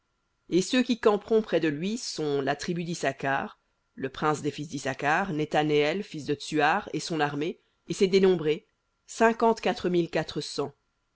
et ceux qui camperont près de lui sont la tribu d'issacar le prince des fils d'issacar nethaneël fils de tsuar et son armée et ses dénombrés